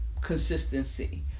consistency